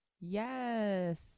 Yes